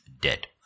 dead